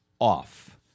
off